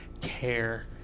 care